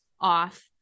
off